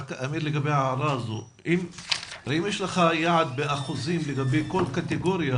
לגבי ההערה הזאת - האם יש לך יעד באחוזים לגבי כל קטגוריה?